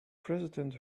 president